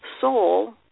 soul